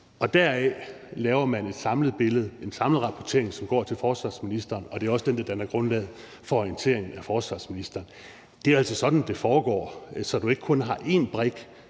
Derudfra laver man et samlet billede, en samlet rapportering, som går til forsvarsministeren, og det er også den, der danner grundlaget for orienteringen af forsvarsministeren. Det er altså sådan, det foregår, så man ikke kun har en brik